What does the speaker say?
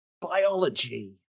Biology